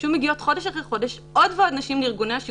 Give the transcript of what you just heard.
יושב-ראש הוועדה ביקש ממני להחליפו ולנהל